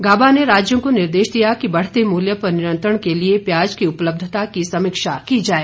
गाबा ने राज्यों को निर्देश दिया कि बढ़ते मूल्य पर नियंत्रण के लिए प्याज की उपलब्धता की समीक्षा की जाए